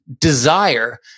desire